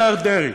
השר דרעי?